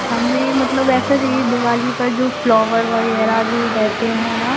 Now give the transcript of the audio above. हमें मतलब ऐसा चाहिए दिवाली पर जो फ्लोवर वग़ैरह जो रहते हैं ना